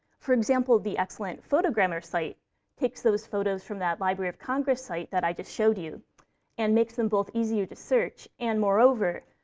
for example, the excellent photogrammar site takes those photos from that library of congress site that i just showed you and makes them both easier to search and, moreover,